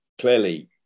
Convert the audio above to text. clearly